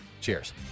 Cheers